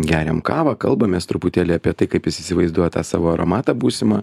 geriam kavą kalbamės truputėlį apie tai kaip jis įsivaizduoja tą savo aromatą būsimą